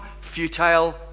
futile